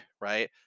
right